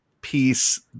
piece